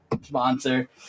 sponsor